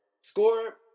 Score